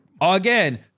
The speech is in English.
Again